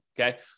Okay